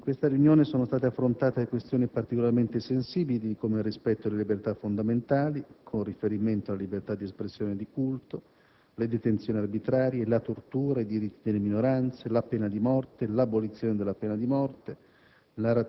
In questa riunione sono state affrontate questioni particolarmente sensibili come il rispetto delle libertà fondamentali, con particolare riferimento alla libertà di espressione e di culto, le detenzioni arbitrarie, la tortura, i diritti delle minoranze, la pena di morte, l'abolizione della pena di morte,